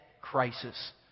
crisis